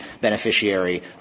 beneficiary